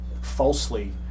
falsely